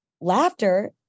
laughter